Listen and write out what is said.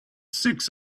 six